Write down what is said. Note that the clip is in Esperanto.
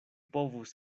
povus